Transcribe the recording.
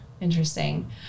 Interesting